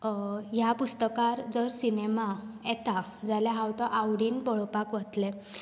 अं ह्या पुस्तकार जर सिनेमा येता जाल्यार हांव तो आवडीन पळोवपाक वतलें